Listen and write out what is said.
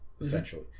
essentially